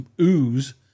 ooze